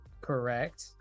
Correct